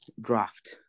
draft